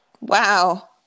Wow